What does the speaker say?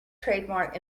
trademark